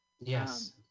Yes